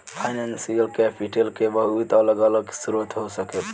financial capital के बहुत अलग अलग स्रोत हो सकेला